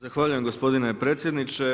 Zahvaljujem gospodine predsjedniče.